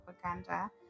propaganda